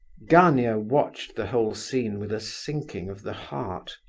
gania watched the whole scene with a sinking of the heart.